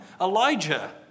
Elijah